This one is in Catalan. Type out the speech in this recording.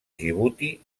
djibouti